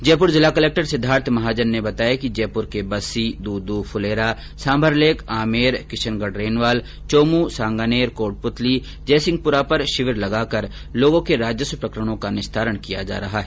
जयपूर जिला कलक्टर सिद्वार्थ महाजन के बताया कि जयपुर के बस्सी दूदू फुलेरा सांभरलेक आमेर किशनगढरेनवाल चौमूं सांगानेर कोटप्रतली जयसिंहपुरा पर शिविर लगाकर लागों के राजस्व प्रकरणों का निस्तारण किया जा रहा है